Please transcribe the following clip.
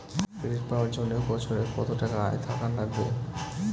Credit পাবার জন্যে বছরে কত টাকা আয় থাকা লাগবে?